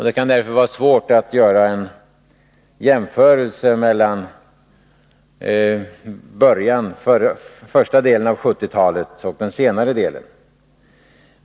Det kan därför vara svårt att göra en jämförelse mellan första delen av 1970-talet och den senare delen.